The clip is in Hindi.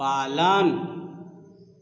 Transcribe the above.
पालन